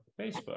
Facebook